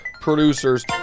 producers